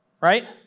Right